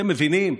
אתם מבינים?